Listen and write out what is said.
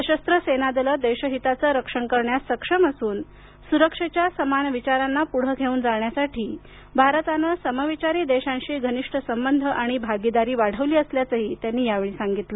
सशस्त्र सेनादले देशहिताचे रक्षण करण्यास सक्षम असून सुरक्षेच्या समान विचारांना पुढे घेवून जाण्यासाठी भारताने समविचारी देशांशी घनिष्ट संबंध आणि भागीदारी वाढविली असल्याचंही त्यांनी यावेळी सांगितलं